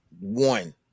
One